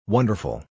Wonderful